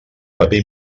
paper